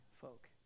folk